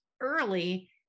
early